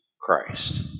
Christ